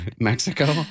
Mexico